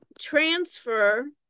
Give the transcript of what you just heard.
transfer